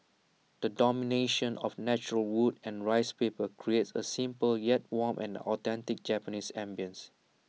the domination of natural wood and rice paper creates A simple yet warm and authentic Japanese ambience